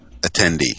attendee